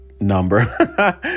number